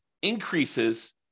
increases